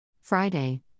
Friday